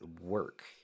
work